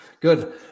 Good